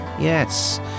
Yes